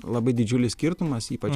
labai didžiulis skirtumas ypač